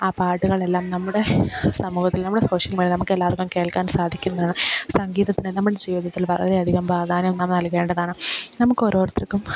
ആ പാട്ടുകളെല്ലാം നമ്മുടെ സമൂഹത്തിൽ നമ്മുടെ സോഷ്യൽ മീഡിയ നമുക്ക് എല്ലാവർക്കും കേൾക്കാൻ സാധിക്കുന്നതാണ് സംഗീതത്തിന് നമ്മുടെ ജീവിതത്തിൽ വളരെയധികം പ്രാധാന്യം നാം നൽകേണ്ടതാണ് നമുക്ക് ഓരോരുത്തർക്കും